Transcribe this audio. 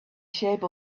shape